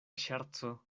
ŝerco